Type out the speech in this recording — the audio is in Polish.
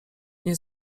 nie